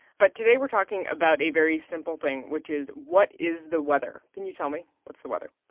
but today we're talking about a very simple thing, which is, what is the weather? can you tell me? what's the weather?